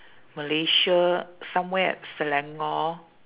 malaysia somewhere at selangor